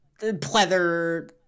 pleather